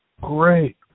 Great